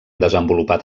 desenvolupat